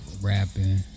rapping